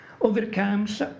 overcomes